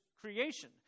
creation